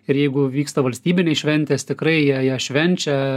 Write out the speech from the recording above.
ir jeigu vyksta valstybinės šventės tikrai jie jie švenčia